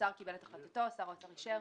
השר קיבל את החלטתו ושר האוצר אישר.